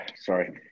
Sorry